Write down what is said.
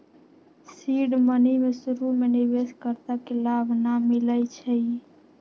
seed money में शुरु में निवेश कर्ता के लाभ न मिलै छइ